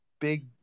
big